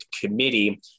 Committee